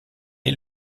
est